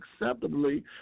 acceptably